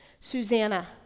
Susanna